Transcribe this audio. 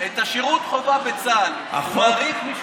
את שירות החובה בצה"ל הוא מאריך?